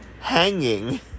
hanging